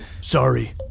sorry